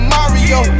Mario